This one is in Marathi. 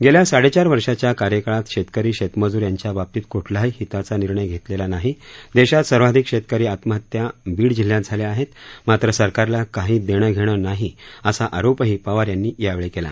गेल्या साडे चार वर्षाच्या कार्यकाळात शेतकरी शेतमजूर यांच्या बाबतीत कुठलाही हिताचा निर्णय घेतलेला नाही देशात सर्वाधिक शेतकरी आत्महत्या बीड जिल्ह्यात झाल्या आहेत मात्र सरकारला काही देणंघेणं नाही असा आरोपही पवार यांनी यावेळी केला